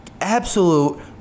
absolute